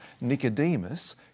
Nicodemus